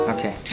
Okay